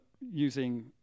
using